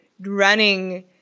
running